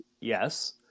Yes